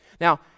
Now